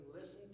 listen